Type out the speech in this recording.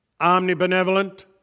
omnibenevolent